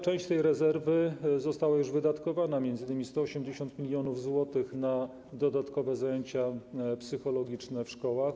Część tej rezerwy została już wydatkowana, m.in. 180 mln zł na dodatkowe zajęcia psychologiczne w szkołach.